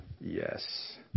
yes